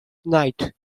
night